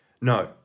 No